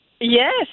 Yes